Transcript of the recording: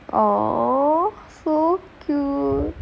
oh so cute